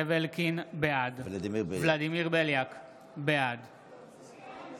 בעד ולדימיר בליאק, בעד